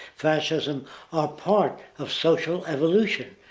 fascism are part of social evolution.